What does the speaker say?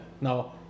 No